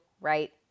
right